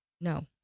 no